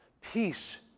Peace